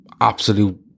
absolute